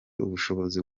ubushobozi